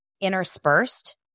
interspersed